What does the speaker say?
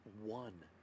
one